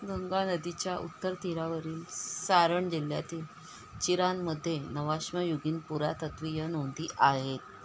गंगा नदीच्या उत्तर तीरावरील सारण जिल्ह्यातील चिरांमध्ये नवाश्मयुगीन पुरातत्त्वीय नोंदी आहेत